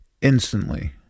instantly